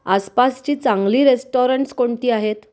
आसपासची चांगली रेस्टॉरंट्स कोणती आहेत